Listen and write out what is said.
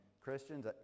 christians